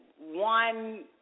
one